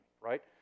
right